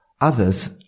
Others